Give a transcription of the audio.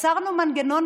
יצרנו מנגנון,